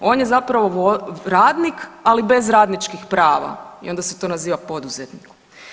On je zapravo radnik, ali bez radničkih prava i onda se to naziva poduzetnikom.